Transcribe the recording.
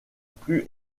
plus